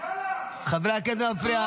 חברי הכנסת, זה מפריע.